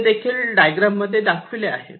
ते देखील डायग्राम मध्ये दाखविले आहे